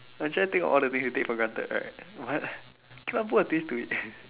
I'm trying to think of all the things we take for granted right but I cannot put a twist to it